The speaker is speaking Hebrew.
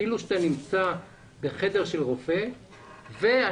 כאילו אתה נמצא בחדר של רופא ואני